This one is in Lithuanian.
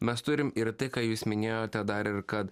mes turim ir tai ką jūs minėjote dar ir kad